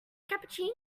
cappuccino